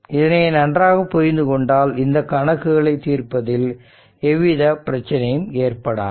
இதனை நன்றாக புரிந்து கொண்டால் இந்த கணக்குகளை தீர்ப்பதில் எவ்வித பிரச்சனையும் ஏற்படாது